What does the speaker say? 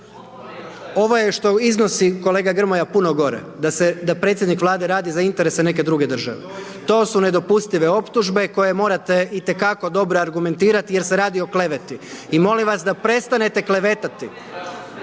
ovo je što iznosi kolega Grmoja puno gore, da predsjednik Vlade za interese neke druge države, to su nedopustive optužbe koje morate i te kako dobro argumentirati jer se radi o kleveti i molim vas da prestanete klevetati.